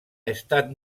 estat